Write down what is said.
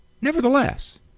Nevertheless